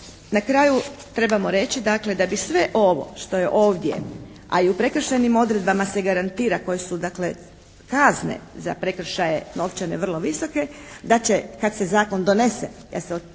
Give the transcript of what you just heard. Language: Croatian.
na kraju trebamo reći dakle da bi sve ovo što je ovdje, a i u prekršajnim odredbama se garantira koje su dakle kazne za prekršaje novčane vrlo visoke da će kad se zakon donese,